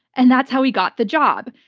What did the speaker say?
and that's how he got the job.